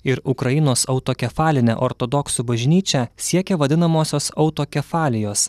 ir ukrainos autokefalinė ortodoksų bažnyčia siekia vadinamosios autokefalijos